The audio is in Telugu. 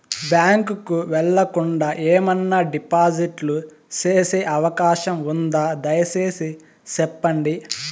బ్యాంకు కు వెళ్లకుండా, ఏమన్నా డిపాజిట్లు సేసే అవకాశం ఉందా, దయసేసి సెప్పండి?